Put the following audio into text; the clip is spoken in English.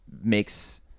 makes